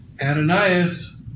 Ananias